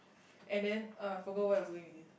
and then uh I forgot what was doing with this